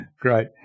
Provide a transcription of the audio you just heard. Great